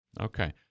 okay